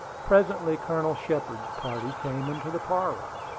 presently colonel shepard's party came into the parlor.